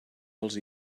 els